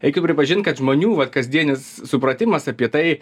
reikia pripažint kad žmonių va kasdienis supratimas apie tai